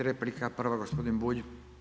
5 replika, prva gospodin Bulj.